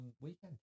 weekend